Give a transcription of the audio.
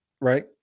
right